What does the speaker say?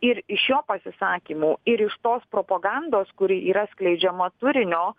ir iš jo pasisakymų ir iš tos propagandos kuri yra skleidžiama turinio